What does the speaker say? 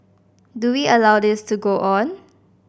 do we allow this to go on